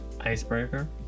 Icebreaker